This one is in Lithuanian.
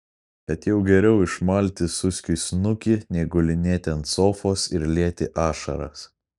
bet jau geriau išmalti suskiui snukį nei gulinėti ant sofos ir lieti ašaras